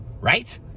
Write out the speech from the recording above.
right